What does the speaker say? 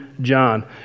John